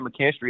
McKinstry